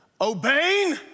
obeying